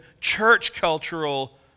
church-cultural